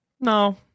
No